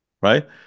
Right